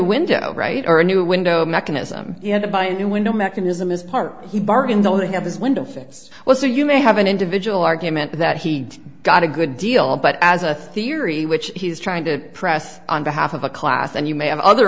window right or a new window mechanism he had to buy a new window mechanism is part he bargain though they have his window fits well so you may have an individual argument that he got a good deal but as a theory which he's trying to press on behalf of a class and you may have other